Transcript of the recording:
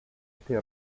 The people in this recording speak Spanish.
este